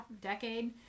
decade